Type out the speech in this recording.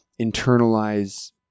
internalize